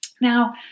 Now